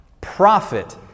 Profit